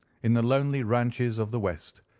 in the lonely ranches of the west,